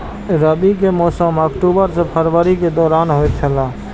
रबी के मौसम अक्टूबर से फरवरी के दौरान होतय छला